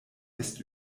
ist